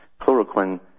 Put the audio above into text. chloroquine